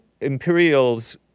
imperials